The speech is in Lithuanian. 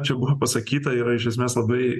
čia buvo pasakyta yra iš esmės labai